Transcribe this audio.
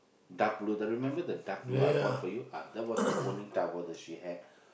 dark blue the remember the dark blue I bought for you uh that was the only towel that she had